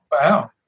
Wow